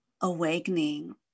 awakening